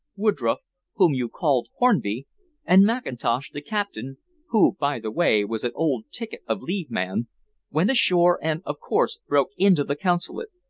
woodroffe whom you called hornby and mackintosh, the captain who, by the way, was an old ticket-of-leave man went ashore, and, of course, broke into the consulate.